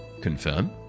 Confirm